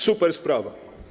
Supersprawa.